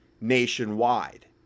nationwide